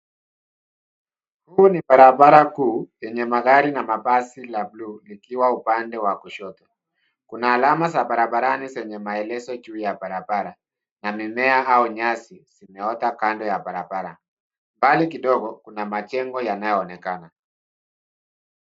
Huu ni barabara kuu yenye magari na mabasi la bluu, likiwa upande wa kushoto. Kuna alama za barabarani zenye maelezo juu ya barabara na mimea au nyasi zimeota kando ya barabara. Mbali kidogo, kuna majengo yanayoonekana.